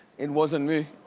it wasn't me,